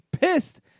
pissed